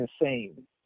insane